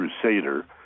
crusader